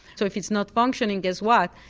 so if it's not functioning guess what,